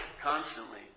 constantly